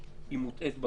שאתה מתאר,